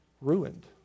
ruined